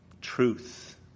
Truth